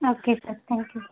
okay sir thank you